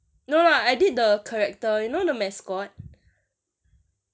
no lah I did the character you know the mascot